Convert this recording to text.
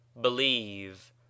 Believe